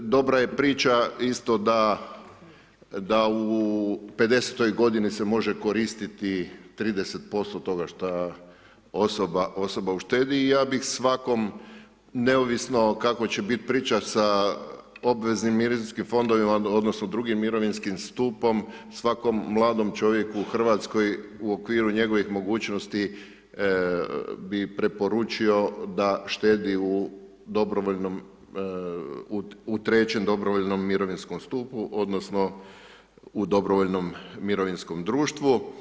Dobra je priča isto da u 50-toj godini se može koristiti 30% toga šta osoba uštedi, i ja bih svakom, neovisno kako će biti priča sa obveznim mirovinskim fondovima, odnosno drugim mirovinskim stupom, svakom mladom čovjeku u Hrvatskoj u okviru njegovih mogućnosti bi preporučio da štedi u dobrovoljnom, u trećem dobrovoljnom mirovinskom stupu, odnosno u dobrovoljnom mirovinskom društvu.